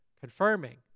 confirming